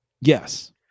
Yes